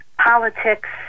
politics